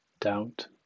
doubt